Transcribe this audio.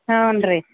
ಹ್ಞೂ ರೀ